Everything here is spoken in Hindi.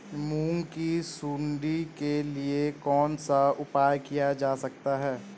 मूंग की सुंडी के लिए कौन सा उपाय किया जा सकता है?